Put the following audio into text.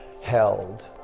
held